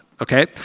okay